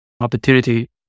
opportunity